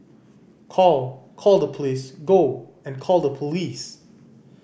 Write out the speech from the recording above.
call call the police go and call the police